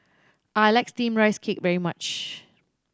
I like Steamed Rice Cake very much